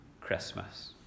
Christmas